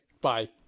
bye